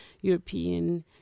European